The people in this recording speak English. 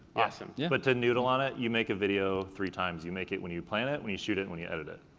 awesome. yeah but to noodle on it, you make a video three times. you make it when you plan it, when you shoot it, and when you edit it.